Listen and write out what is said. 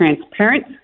transparent